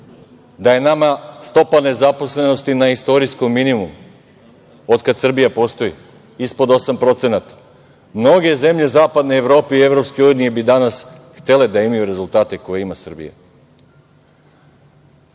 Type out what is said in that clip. Da je nama stopa nezaposlenosti na istorijskom minimumu otkad Srbija postoji, ispod 8%.Mnoge zemlje zapadne Evrope i EU bi danas htele da imaju rezultate koje ima Srbija.